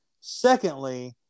Secondly